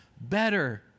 better